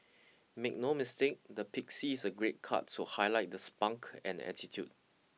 make no mistake the pixie is a great cut to highlight the spunk and attitude